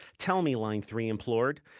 tell me, line three implored.